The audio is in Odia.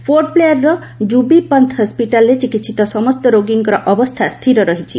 ପୋର୍ଟବ୍ଲେୟରର ଜୁବି ପନ୍ଥ ହସ୍ୱିଟାଲରେ ଚିକିସ୍ିତ ସମସ୍ତ ରୋଗୀଙ୍କ ଅବସ୍ଥା ସ୍ଥିର ରହିଛି